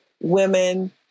women